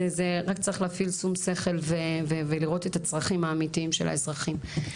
ורק צריך להפעיל שום שכל ולראות את הצרכים האמיתיים של האזרחים.